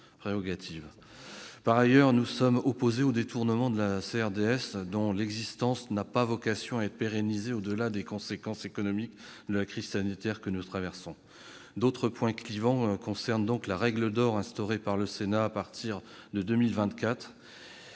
Par ailleurs, nous sommes opposés au détournement de la CRDS, dont l'existence n'a pas vocation à être pérennisée au-delà des conséquences économiques de la crise sanitaire que nous traversons. Autre point clivant, la règle d'or instaurée par le Sénat à partir de 2024